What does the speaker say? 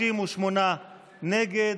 38 נגד.